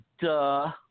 duh